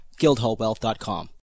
guildhallwealth.com